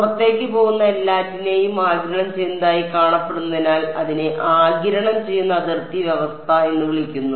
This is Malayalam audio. പുറത്തേക്ക് പോകുന്ന എല്ലാറ്റിനെയും ആഗിരണം ചെയ്യുന്നതായി കാണപ്പെടുന്നതിനാൽ അതിനെ ആഗിരണം ചെയ്യുന്ന അതിർത്തി അവസ്ഥ എന്ന് വിളിക്കുന്നു